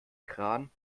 kran